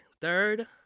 Third